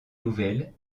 nouvelles